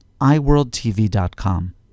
iWorldTV.com